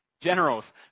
generals